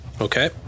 Okay